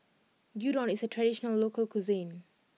Gyudon is a traditional local cuisine